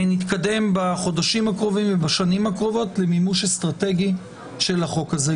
נתקדם בחודשים הקרובים ובשנים הקרובות למימוש אסטרטגי של החוק הזה.